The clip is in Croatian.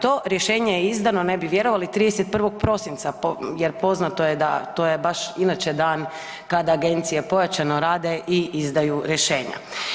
To rješenje je izdano ne bi vjerovali 31. prosinca jer poznato je da to je baš inače dan kada agencije pojačano rade i izdaju rješenja.